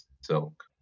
silk